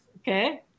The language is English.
Okay